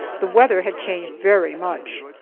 the weather had changed very much.